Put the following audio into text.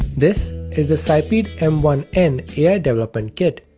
this is the sipeed m one n ai development kit,